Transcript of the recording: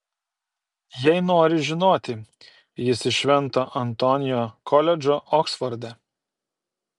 jei nori žinoti jis iš švento antonio koledžo oksforde